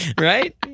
Right